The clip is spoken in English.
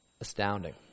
astounding